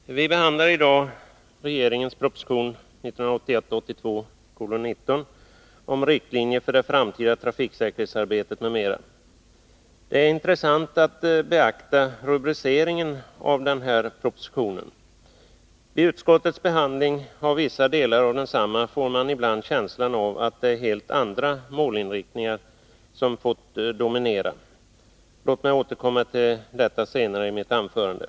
Herr talman! Vi behandlar i dag regeringens proposition 1981/82:19 om riktlinjer för det framtida trafiksäkerhetsarbetet m.m. Det är intressant att beakta rubriceringen av den här propositionen. Vid utskottets behandling av vissa delar av densamma får man ibland känslan av att det är helt andra målinriktningar som fått dominera. Låt mig återkomma till detta senare i mitt anförande.